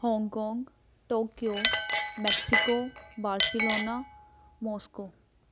Hong Kong Tokyo Mexico Barcelona Moscow